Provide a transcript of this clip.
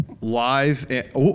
Live